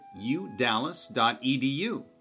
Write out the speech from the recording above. udallas.edu